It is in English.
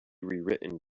rewritten